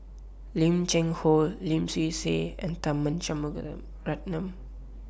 Lim Cheng Hoe Lim Swee Say and Tharman Shanmugaratnam